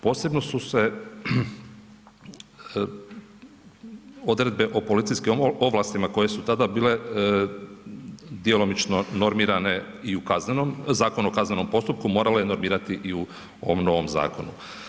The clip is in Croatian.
Posebno su se odredbe o policijskim ovlastima koje su tada bile djelomično normirane i u kaznenom, Zakonu o kaznenom postupku morale normirati i u ovom novom zakonu.